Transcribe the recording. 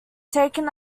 taken